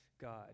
God